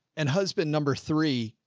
and husband number three,